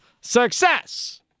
success